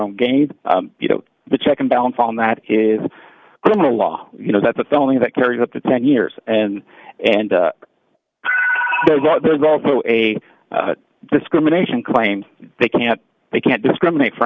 own gain you know the check and balance on that is criminal law you know that's a felony that carries up to ten years and and there's also a discrimination claim they can't they can't discriminate for